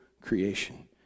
creation